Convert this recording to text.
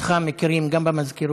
אותך מכירים גם במזכירות,